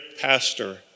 pastor